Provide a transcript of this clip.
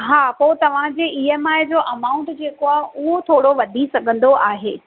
हा पोइ तव्हांजी ई एम आई जो अमाउंट जेको आहे उहो थोरो वधी सघंदो आहे